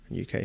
UK